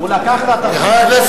הוא לקח את התפקיד של הקומבינה.